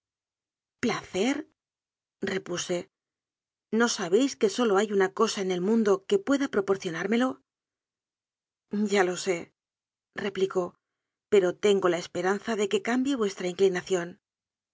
placer repuse no sabéis que solo hay una cosa en el mundo que pueda propor cionármelo ya lo séreplicó pero tengo la esperanza de que cambie vuestra inclinación